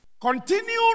Continue